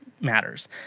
matters